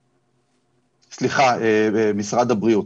סליחה, משרד הבריאות.